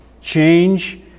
change